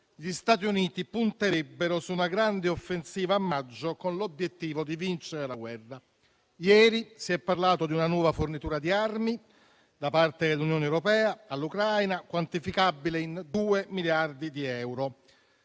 gli Stati Uniti punterebbero su una grande offensiva a maggio con l'obiettivo di vincere la guerra. Ieri si è parlato di una nuova fornitura di armi da parte dell'Unione europea all'Ucraina quantificabile in due miliardi di euro,